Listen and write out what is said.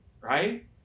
right